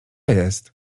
jest